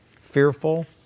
fearful